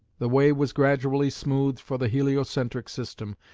the way was gradually smoothed for the heliocentric system,